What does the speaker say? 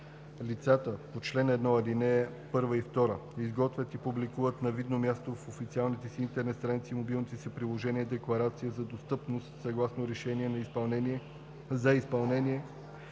Лицата по чл. 1, ал. 1 и 2 изготвят и публикуват на видно място в официалните си интернет страници и мобилните си приложения декларация за достъпност съгласно Решение за изпълнение